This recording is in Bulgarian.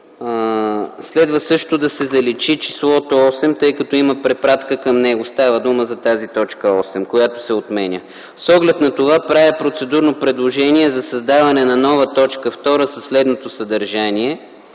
следва също да се заличи числото 8, тъй като има препратка към него. Става дума за тази т. 8, която се отменя. С оглед на това правя процедурно предложение за създаване на нова т. 2 със следното съдържание: